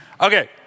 Okay